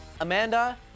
Amanda